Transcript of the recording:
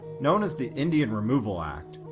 known as the indian removal act,